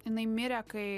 jinai mirė kai